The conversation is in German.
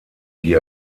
die